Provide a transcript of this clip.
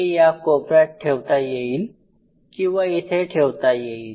ते या कोपऱ्यात ठेवता येईल किंवा इथे ठेवता येईल